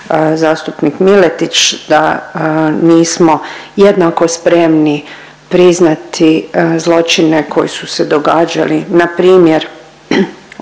zastupnik Miletić da nismo jednako spremni priznati zločine koji su se događali npr.